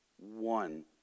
one